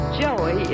joey